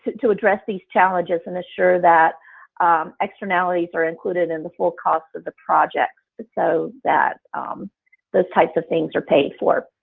to address these challenges and assure that externalities are included in the full cost of the projects but so that those types of things are paid for?